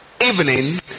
evening